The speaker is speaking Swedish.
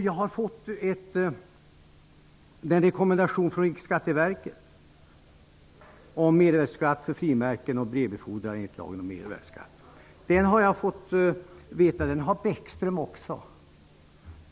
Jag har fått i min hand den rekommendation som finns från Riksskatteverket om mervärdeskatt på frimärken och brevbefordran enligt lagen om mervärdeskatt. Jag har fått veta att Bäckström också